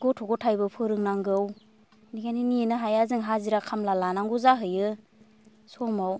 गथ' गथायबो फोरोंनांगौ बेखायनो नेनो हाया जों हाजिरा खामला लानांगौ जाहैयो समाव